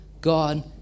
God